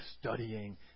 studying